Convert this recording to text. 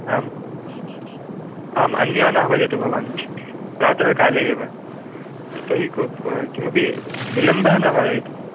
आम् आम् अन्यान् आह्वयतु भवान् शु शु प्रातः काले एव यतो हि को किमपि विळम्बः न भवेत्